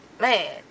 man